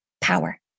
power